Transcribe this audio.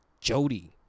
Jody